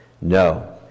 No